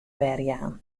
werjaan